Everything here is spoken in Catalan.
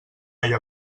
olla